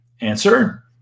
Answer